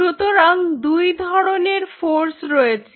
সুতরাং দুই ধরনের ফোর্স রয়েছে